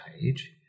page